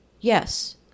Yes